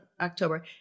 October